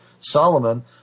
Solomon